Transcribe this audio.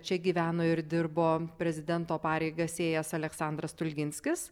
čia gyveno ir dirbo prezidento pareigas ėjęs aleksandras stulginskis